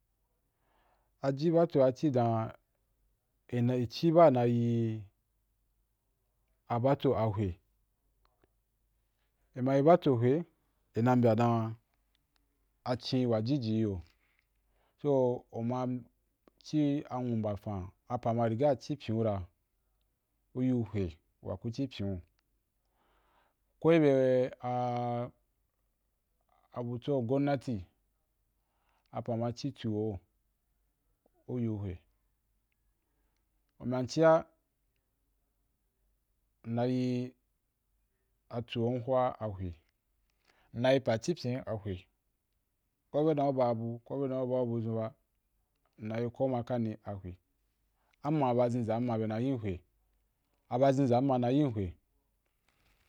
Aji ba’ cho cì dan, i na cí ba na yi aba’cho a hwe, i ma yi ba’cho hwe i na mbya dan achin wa jìji yo. So u ma ci a nwu-mafan apa ma riga ci piu ra, u yu hwe wa ku ci piu, ko i bya a butso gonati, apa ma ci cì o u yu hwe. U mbyam ciya nna yi a coi hu’a, a hwe, nna yi pa ci pyim a hwe ko be dan u ba bu ko be dan u bau bu zun ba nna yi ko ma kani a hwe, am ma ba zhin zam ma na yim hwe, a ba zhinzam ma na yim hwe.